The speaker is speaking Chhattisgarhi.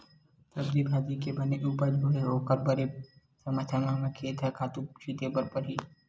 सब्जी भाजी के बने उपज होवय ओखर बर समे समे म खेत म खातू छिते बर परही